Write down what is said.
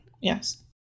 Yes